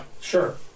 Sure